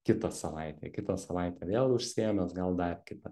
kitą savaitę kitą savaitę vėl užsiėmęs gal dar kitą